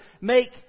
make